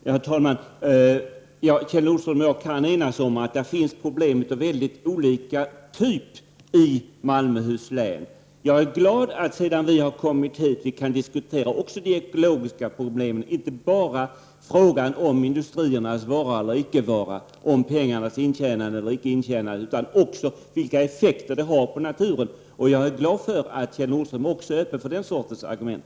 Herr talman! Kjell Nordström och jag kan enas om att det finns problem av olika typer i Malmöhus län. Jag är glad att vi också, sedan vi har kommit hit, kan diskutera de ekologiska problemen och inte bara frågan om industrins vara eller icke vara, om pengars intjänande eller icke intjänande, utan att vi också kan diskutera vilka effekter det har på naturen. Jag är glad att Kjell Nordström är öppen också för den sortens argument.